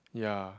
ya